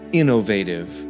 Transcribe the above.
innovative